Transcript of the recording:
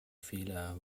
fehler